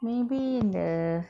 maybe the